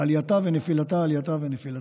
עלייתה ונפילתה, עלייתה ונפילתה,